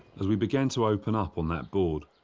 as we began to open up on that board,